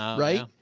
right?